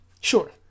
Sure